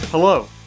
Hello